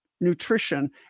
nutrition